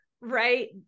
right